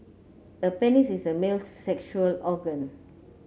a penis is a male's sexual organ